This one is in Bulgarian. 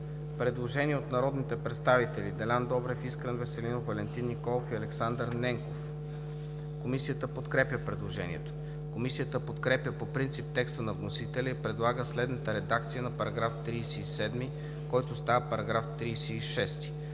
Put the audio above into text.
предложение от народните представители Делян Добрев, Искрен Веселинов, Валентин Николов и Александър Ненков. Комисията подкрепя предложението. Комисията подкрепя по принцип текста на вносителя и предлага следната редакция на § 37, който става § 36: „§ 36.